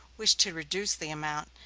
wished to reduce the amount,